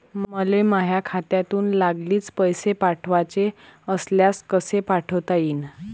मले माह्या खात्यातून लागलीच पैसे पाठवाचे असल्यास कसे पाठोता यीन?